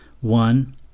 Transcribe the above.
One